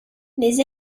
les